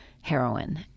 heroin